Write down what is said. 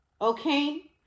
Okay